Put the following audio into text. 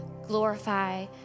glorify